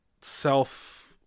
self